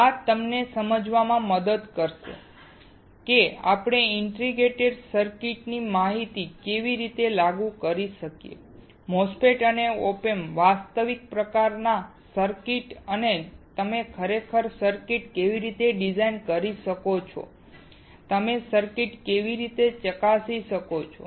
આ તમને સમજવામાં મદદ કરશે કે આપણે ઇન્ટિગ્રેટ સર્કિટની માહિતી કેવી રીતે લાગુ કરી શકીએ MOSFETs અને op amps વાસ્તવિક પ્રકારના સર્કિટમાં અને તમે ખરેખર સર્કિટ કેવી રીતે ડિઝાઇન કરી શકો છો અને તમે સર્કિટને કેવી રીતે ચકાસી શકો છો